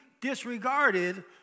disregarded